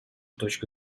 точку